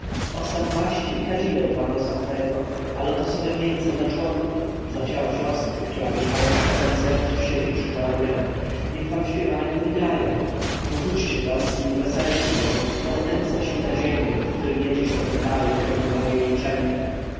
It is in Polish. postaw maści i kadzideł dla nosa twego a lotosowe wieńce dla członków dla ciała siostry która mieszkając w twem sercu siedzi przy tobie niech wam śpiewają i grają porzućcie troski i weselcie się bo wnet zaświta dzień w którym jedzie się do kraju kędy panuje milczenie